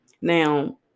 now